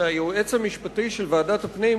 שהיועץ המשפטי של ועדת הפנים,